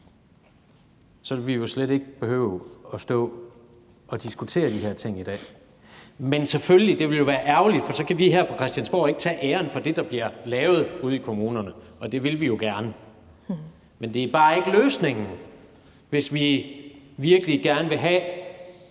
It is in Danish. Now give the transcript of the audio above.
ville vi jo slet ikke behøve at stå og diskutere de her ting i dag. Men det ville selvfølgelig være ærgerligt, for så kan vi her på Christiansborg ikke tage æren for det, der bliver lavet ude i kommunerne, og det vil vi jo gerne. Men det er bare ikke løsningen, hvis vi virkelig gerne vil have,